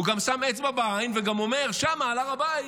הוא גם שם אצבע בעין ואומר שם, על הר הבית,